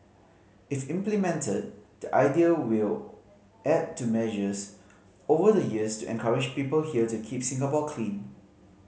if implemented the idea will add to measures over the years to encourage people here to keep Singapore clean